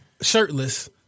shirtless